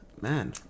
Man